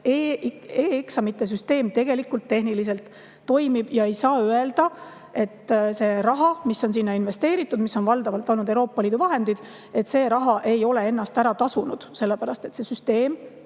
e-eksamite süsteem tegelikult tehniliselt toimib ja ei saa öelda, et see raha, mis on sinna investeeritud – need on valdavalt olnud Euroopa Liidu vahendid –, ei ole ennast ära tasunud. See süsteem